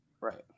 Right